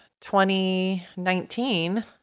2019